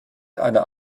einer